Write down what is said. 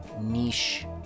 niche